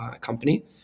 company